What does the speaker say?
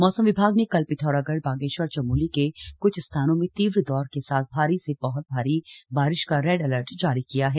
मौसम विभाग न कल पिथौरागढ़ बागेश्वर और चमोली के कुछ स्थानों में तीव्र दौर के साथ भारी से बह्त भारी बारिश का रेड अलर्ट जारी किया है